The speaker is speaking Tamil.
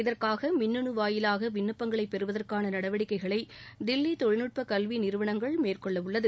இதற்காக மின்னனு வாயிலாக விண்ணப்பங்களை பெறுவதற்கான நடவடிக்கைகளை தில்லி தொழில்நுட்ப கல்வி நிறுவனங்கள் மேற்கொள்ள உள்ளது